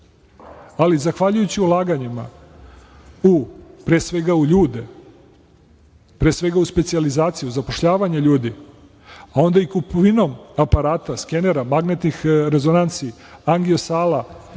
ali zahvaljujući ulaganjima pre svega u ljude, pre svega u specijalizaciju, zapošljavanje ljudi, a onda i kupovinom aparata, skenera, magnetnih rezonanci, angio sala